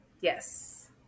Yes